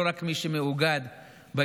לא רק את מי שמאוגד בהסתדרות,